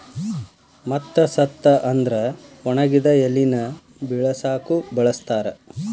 ಮತ್ತ ಸತ್ತ ಅಂದ್ರ ಒಣಗಿದ ಎಲಿನ ಬಿಳಸಾಕು ಬಳಸ್ತಾರ